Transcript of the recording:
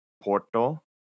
Porto